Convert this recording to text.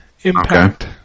Impact